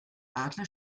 adler